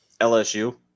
LSU